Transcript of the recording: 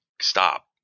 stop